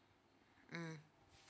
mm